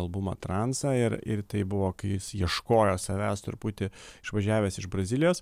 albumą transą ir ir tai buvo kai jis ieškojo savęs truputį išvažiavęs iš brazilijos